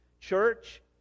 Church